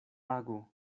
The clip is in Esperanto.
ago